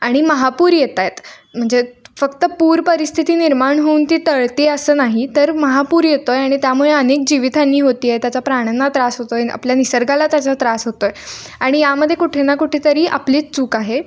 आणि महापूर येत आहेत म्हणजे त फक्त पूरपरिस्थिती निर्माण होऊन ती टळते आहे असं नाही तर महापूर येतो आहे आणि त्यामुळे अनेक जीवितहानी होते आहे त्याचा प्राण्यांना त्रास होतो आहे न आपल्या निसर्गाला त्याचा त्रास होतो आहे आणि यामध्ये कुठे ना कुठेतरी आपलीच चूक आहे